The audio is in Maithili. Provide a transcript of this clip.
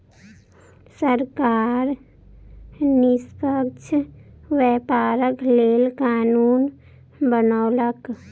सरकार निष्पक्ष व्यापारक लेल कानून बनौलक